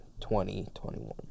2021